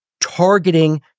targeting